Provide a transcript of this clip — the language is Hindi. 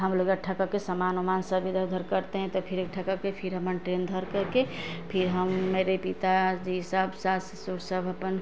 हम लोग इकट्ठा करके सामान ओमान सब इधर उधर करते हैं तो फिर इकट्ठा करके फिर हमार ट्रेन धर करके फिर हमारे पिता जी सब सास ससुर सब अपन